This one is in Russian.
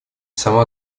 сама